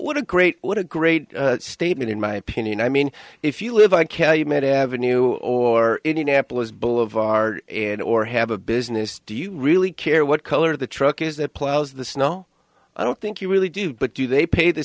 what a great what a great statement in my opinion i mean if you live on calumet avenue or indianapolis boulevard in or have a business do you really care what color the truck is that plows the snow i don't think you really do but do they pay the